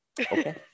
Okay